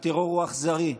הטרור הוא אכזרי.